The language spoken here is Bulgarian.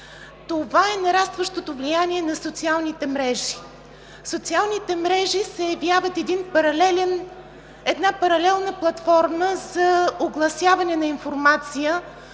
това е нарастващото влияние на социалните мрежи. Социалните мрежи се явяват една паралелна платформа за огласяване на информация,